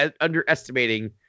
underestimating